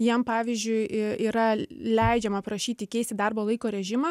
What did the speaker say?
jiem pavyzdžiui yra leidžiama prašyti keisti darbo laiko režimą